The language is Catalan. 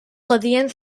podien